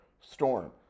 storm